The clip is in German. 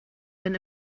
wenn